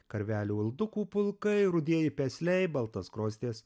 karvelių uldukų pulkai rudieji pesliai baltaskruostės